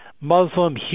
Muslim